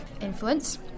influence